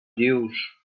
dius